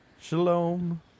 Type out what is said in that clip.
Shalom